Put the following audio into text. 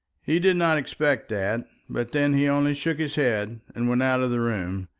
he did not expect that but then he only shook his head, and went out of the room.